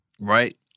right